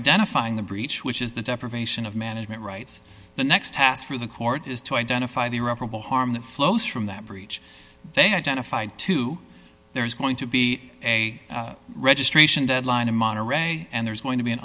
identifying the breach which is the deprivation of management rights the next task for the court is to identify the irreparable harm that flows from that breach they identified two there's going to be a registration deadline in monterey and there's going to be an